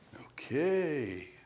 Okay